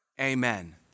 Amen